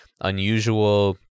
unusual